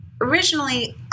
originally